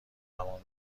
همان